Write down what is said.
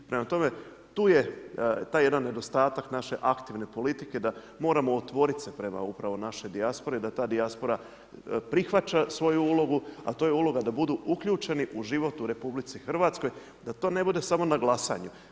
Prema tome, tu je taj jedan nedostatak naše aktivne politike da moramo otvoriti prema upravo našoj dijaspori, dana dijaspora prihvaća svoju ulogu a to je uloga da budu uključeni u život u RH, da to ne bude samo na glasanju.